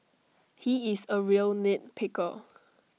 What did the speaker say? he is A real nit picker